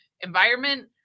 environment